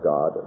God